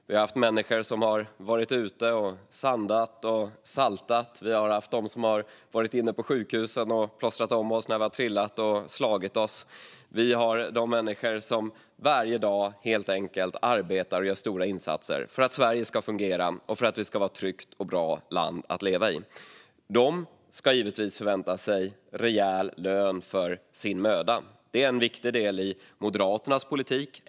Vi har haft människor som har varit ute och sandat och saltat. Vi har haft människor som har varit inne på sjukhusen och plåstrat om oss när vi har trillat och slagit oss. Vi har helt enkelt människor som varje dag arbetar och gör stora insatser för att Sverige ska fungera och för att det ska vara ett tryggt och bra land att leva i. Dessa människor ska givetvis förvänta sig rejäl lön för sin möda. Detta är en viktig del i Moderaternas politik.